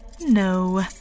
No